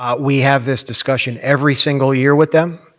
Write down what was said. but we have this discussion every single year with them.